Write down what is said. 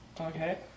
Okay